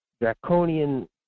draconian